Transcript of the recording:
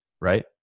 Right